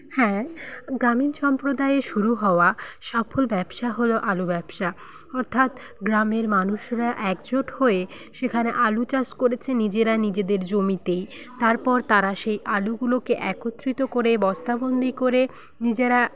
হ্যাঁ গ্রামীণ সম্প্রদায়ে শুরু হওয়া সফল ব্যবসা হল আলু ব্যবসা অর্থাৎ গ্রামের মানুষরা একজোট হয়ে সেখানে আলু চাষ করেছে নিজেরা নিজেদের জমিতেই তারপর তারা সেই আলুগুলোকে একত্রিত করে বস্তাবন্দি করে নিজেরা